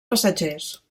passatgers